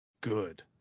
good